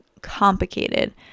complicated